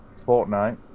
Fortnite